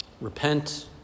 Repent